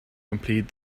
completed